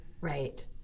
Right